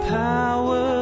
power